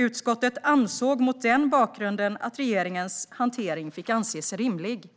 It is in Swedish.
Utskottet ansåg mot den bakgrunden att regeringens hantering fick anses rimlig.